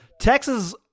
Texas